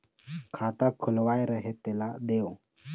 खाता खुलवाय रहे तेला देव?